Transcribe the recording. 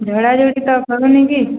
ଝଡ଼ାଝଡ଼ି ତ ହେବନି କି